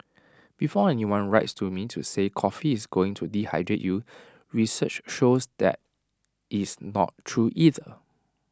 before anyone writes to me to say coffee is going to dehydrate you research shows that is not true either